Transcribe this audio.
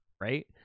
Right